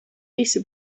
visi